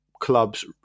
clubs